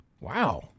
Wow